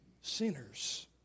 Sinners